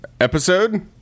episode